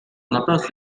надаас